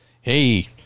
Hey